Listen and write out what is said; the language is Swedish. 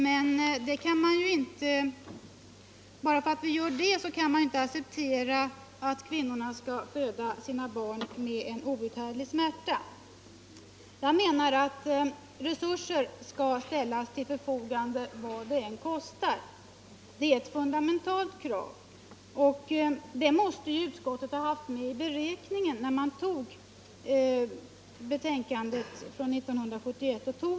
Men bara för att vi gör det, kan vi inte acceptera att kvinnorna skall föda sina barn med outhärdlig smärta. Jag menar att resurser skall ställas till förfogande vad det än kostar. Det är ett fundamentalt krav, som utskottet måste ha haft med i beräkningen när man tog principuttalandet 1971.